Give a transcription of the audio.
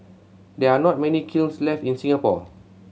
there are not many kilns left in Singapore